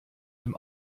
dem